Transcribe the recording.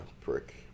prick